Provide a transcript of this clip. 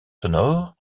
sonore